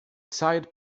tired